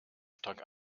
stark